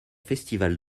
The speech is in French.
festivals